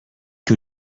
que